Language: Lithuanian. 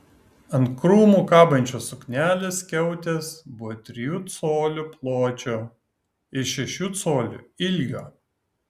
ant krūmų kabančios suknelės skiautės buvo trijų colių pločio ir šešių colių ilgio